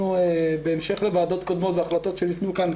בהמשך לוועדות קודמות והחלטות שניתנו כאן,